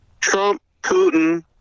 Trump-Putin